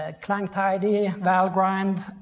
ah clang-tidy, valgrind,